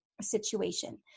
situation